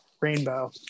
rainbow